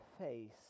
face